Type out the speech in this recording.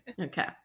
okay